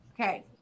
Okay